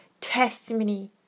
testimony